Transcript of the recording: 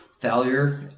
failure